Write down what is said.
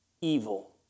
evil